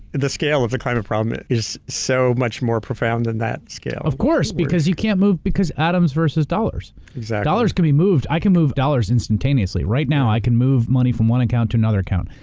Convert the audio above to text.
the scale of the climate problem is so much more profound than that scale. of course, because you can't move because atoms versus dollars. exactly. dollars can be moved, i can move dollars instantaneously. right now, i can move money from one account to another account.